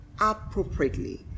appropriately